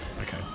Okay